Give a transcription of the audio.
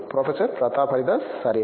professor Pratap Haridas సరే